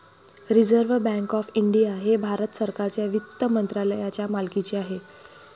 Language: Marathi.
रिझर्व्ह बँक ऑफ इंडिया हे भारत सरकारच्या वित्त मंत्रालयाच्या मालकीचे आहे